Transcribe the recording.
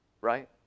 Right